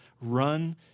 run